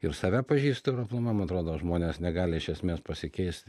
ir save pažįstu ir aplamai man atrodo žmonės negali iš esmės pasikeist